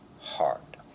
heart